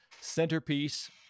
centerpiece